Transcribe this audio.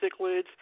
cichlids